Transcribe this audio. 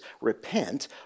repent